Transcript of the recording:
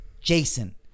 Jason